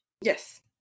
Yes